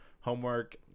homework